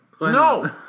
No